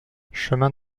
chemin